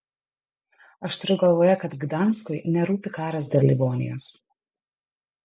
aš turiu galvoje kad gdanskui nerūpi karas dėl livonijos